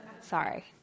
Sorry